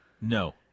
No